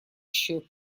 счет